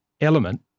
element